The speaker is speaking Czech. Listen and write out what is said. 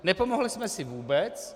Nepomohli jsme si vůbec.